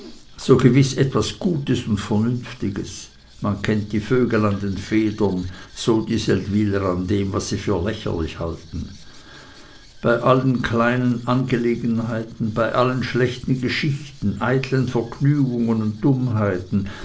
so vorkommt ist gewiß etwas gutes und vernünftiges man kennt die vögel an den federn so die seldwyler an dem was sie für lächerlich halten bei allen kleinen angelegenheiten bei allen schlechten geschichten eitlen vergnügungen und dummheiten